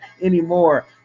anymore